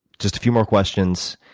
just a few more questions.